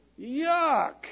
yuck